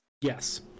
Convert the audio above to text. Yes